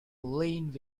leaned